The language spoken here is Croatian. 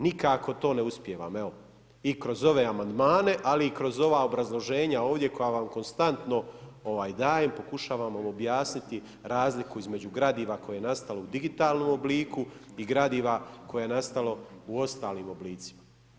Nikako to ne uspijevam, evo, i kroz ove amandmane ali i kroz ova obrazloženja ovdje koja vam konstantno dajem, pokušavam vam objasniti razliku između gradiva koje je nastalo u digitalnom obliku i gradiva koje je nastalo u ostalim oblicima.